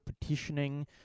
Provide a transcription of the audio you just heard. petitioning